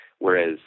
Whereas